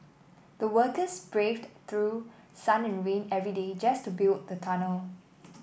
the workers braved through sun and rain every day just to build the tunnel